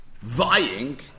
vying